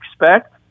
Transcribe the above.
expect